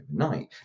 overnight